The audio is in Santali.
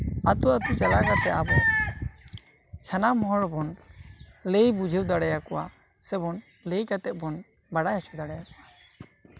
ᱟᱛᱳ ᱟᱛᱳ ᱪᱟᱞᱟᱣ ᱠᱟᱛᱮᱜ ᱟᱵᱚ ᱥᱟᱱᱟᱢ ᱦᱚᱲᱵᱚᱱ ᱞᱟᱹᱭ ᱵᱩᱡᱷᱟᱹᱣ ᱫᱟᱲᱮ ᱟᱠᱚᱣᱟ ᱥᱮ ᱞᱟᱹᱭ ᱠᱟᱛᱮᱜ ᱵᱚᱱ ᱵᱟᱲᱟᱭ ᱦᱚᱪᱚ ᱫᱟᱲᱮ ᱠᱚᱣᱟ